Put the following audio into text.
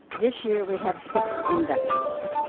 this year we have six inductees,